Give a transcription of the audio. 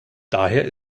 daher